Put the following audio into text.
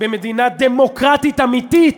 במדינה דמוקרטית אמיתית,